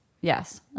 Yes